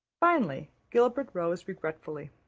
finally gilbert rose regretfully.